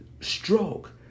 stroke